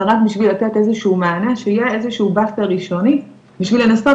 ורק בשביל לתת איזה שהוא מענה שיהיה איזה שהוא buffer ראשוני בשביל לנסות